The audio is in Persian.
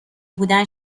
بودن